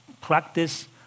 practice